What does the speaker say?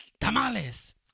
Tamales